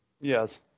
yes